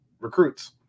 recruits